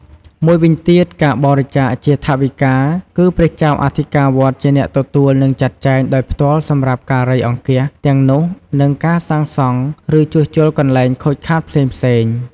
មួយវិញទៀត ការបរិច្ចាគជាថវិកា គឺព្រះចៅអធិកាវត្តជាអ្នកទទួលនិងចាត់ចែងដោយផ្ទាល់សម្រាប់ការៃអង្គាសទាំងនោះនិងការសាងសង់ឬជួសជុលកន្លែងខូចខាតផ្សេងៗ